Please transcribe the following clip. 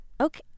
Okay